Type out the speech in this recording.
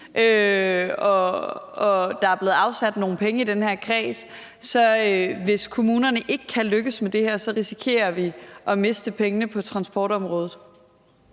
og der er blevet afsat nogle penge i den her kreds, er det sådan, at hvis kommunerne ikke kan lykkes med det her, risikerer vi at miste pengene på transportområdet?